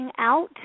out